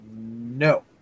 No